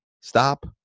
stop